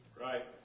Right